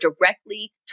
directly